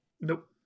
Nope